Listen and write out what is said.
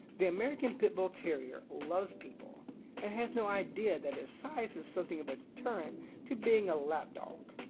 the american pit bull terrier loves people and has no idea that its size is something of a deterrent to being a lap dog.